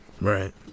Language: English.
Right